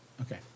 Okay